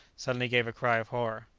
suddenly gave a cry of horror.